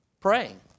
praying